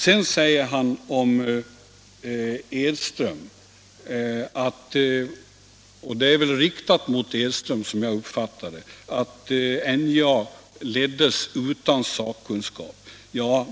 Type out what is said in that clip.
Sedan säger herr Lindahl — och det är som jag uppfattar det riktat mot Edström — att NJA leddes utan sakkunskap.